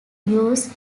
use